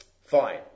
fine